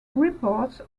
reports